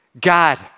God